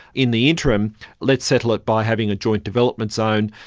in the interim let's settle it by having a joint development zone.